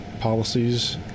policies